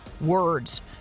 words